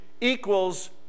equals